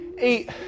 eight